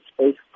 space